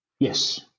Yes